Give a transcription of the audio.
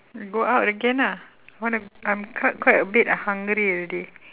go out again lah wanna I'm quite quite a bit hungry already